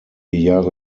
jahre